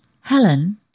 Helen